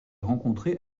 rencontré